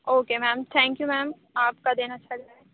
okay ma'am thank you ma'am آپ کا دِن اچھا جائے